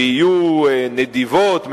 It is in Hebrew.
נדיבות,